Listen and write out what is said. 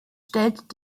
stellt